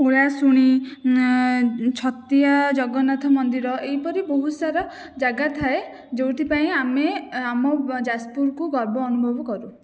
ଓଳାଶୁଣୀ ଛତିଆ ଜଗନ୍ନାଥ ମନ୍ଦିର ଏଇପରି ବହୁତ ସାରା ଜାଗା ଥାଏ ଯେଉଁଥି ପାଇଁ ଆମେ ଆମ ଯାଜପୁରକୁ ଗର୍ବ ଅନୁଭବ କରୁ